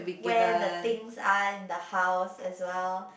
where the things are in the house as well